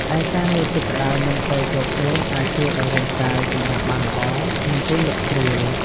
ឯការងូតទឹកក្តៅមុនពេលចូលគេងអាចជួយឲ្យរាងកាយសម្រាកបានល្អ និងគេងលក់ស្រួល។